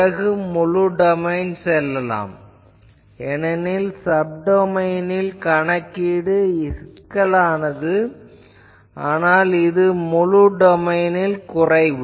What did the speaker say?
பிறகு முழு டொமைன் செல்லலாம் ஏனெனில் சப்டொமைனில் கணக்கீடு சிக்கலானது ஆனால் இது முழு டொமைனில் குறைவு